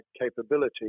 capability